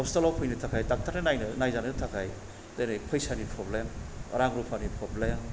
हस्पिटालाव फैनो थाखाय डाक्टार नो नायनो नायजानो थाखाय दिनै फैसानि प्रब्लेम रां रुफानि प्रब्लेम